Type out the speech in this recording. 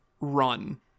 run